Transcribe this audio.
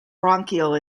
bronchial